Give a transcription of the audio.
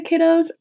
kiddos